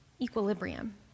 equilibrium